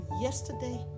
yesterday